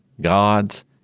God's